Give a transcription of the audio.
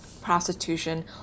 prostitution